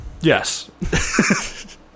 Yes